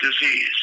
disease